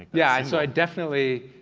yeah, so i definitely,